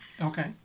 Okay